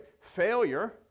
failure